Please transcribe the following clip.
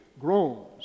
groans